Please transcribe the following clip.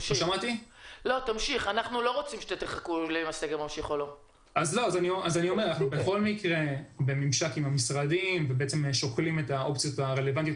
של עסק נוסף יוצרת עוד התקהלויות ומסכנת בריאותית.